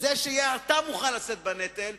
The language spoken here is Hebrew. זה שמוכן לשאת בנטל,